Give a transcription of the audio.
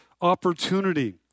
opportunity